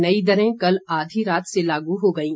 नई दरें कल आधी रात से लागू हो गईं